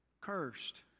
cursed